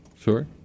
Sure